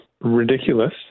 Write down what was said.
ridiculous